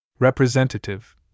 representative